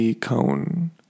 cone